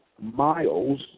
Miles